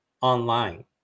online